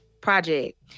project